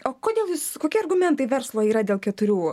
o kodėl jūs kokie argumentai verslo yra keturių